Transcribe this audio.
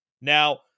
Now